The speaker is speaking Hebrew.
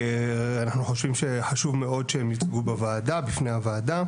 אנחנו חושבים שחשוב מאוד שהם יוצגו בפני הוועדה.